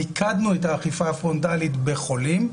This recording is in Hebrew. מיקדנו את האכיפה הפרונטלית בחולים,